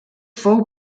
fou